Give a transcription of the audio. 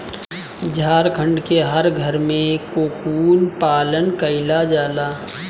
झारखण्ड के हर घरे में कोकून पालन कईला जाला